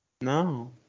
No